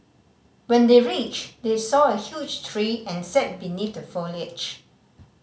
when they reached they saw a huge tree and sat beneath the foliage